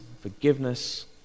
forgiveness